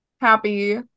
Happy